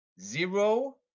Zero